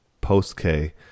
post-k